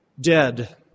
dead